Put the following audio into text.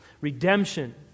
Redemption